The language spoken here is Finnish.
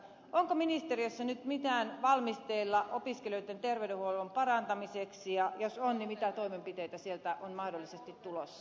onko ministeriössä nyt mitään valmisteilla opiskelijoitten terveydenhuollon parantamiseksi ja jos on niin mitä toimenpiteitä sieltä on mahdollisesti tulossa